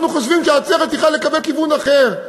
אנחנו חושבים שהעצרת צריכה לקבל כיוון אחר.